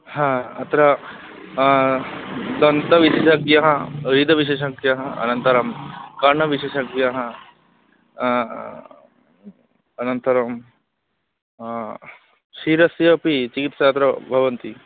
हा अत्र दन्तविषयेभ्यः विविधः विशेषज्ञः अनन्तरं कर्णविशेषज्ञः अनन्तरं शिरसि अपि चिकित्सा अत्र भवन्ति